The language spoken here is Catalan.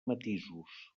matisos